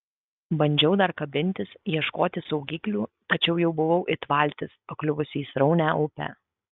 bandžiau dar kabintis ieškoti saugiklių tačiau jau buvau it valtis pakliuvusi į sraunią upę